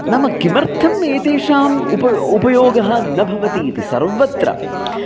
नाम किमर्थम् एतेषाम् उप उपयोगः न भवति इति सर्वत्र